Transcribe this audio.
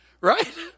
Right